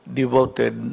devoted